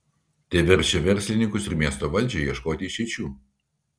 tai verčia verslininkus ir miesto valdžią ieškoti išeičių